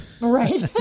Right